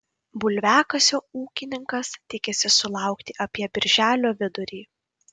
bulviakasio ūkininkas tikisi sulaukti apie birželio vidurį